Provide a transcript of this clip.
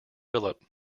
philip